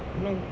you know